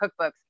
cookbooks